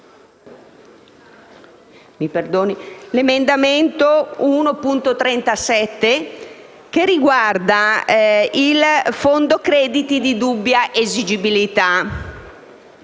l'emendamento 1.37, riguardante il Fondo crediti di dubbia esigibilità.